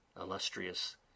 Illustrious